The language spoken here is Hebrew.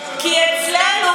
בוועדה של,